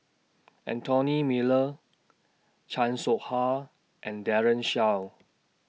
Anthony Miller Chan Soh Ha and Daren Shiau